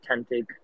authentic